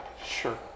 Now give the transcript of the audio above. Sure